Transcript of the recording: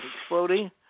exploding